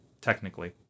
technically